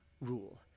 rule